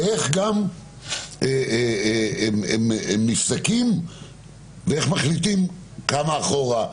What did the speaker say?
איך גם הם נפסקים ואיך מחליטים כמה אחורה?